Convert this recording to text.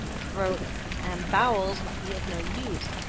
throat and bowels will be of no use.